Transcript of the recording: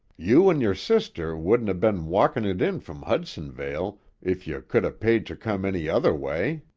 you and your sister wouldn't ha' ben walkin' it in from hudsonvale if you could ha' paid ter come any other way.